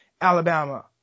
Alabama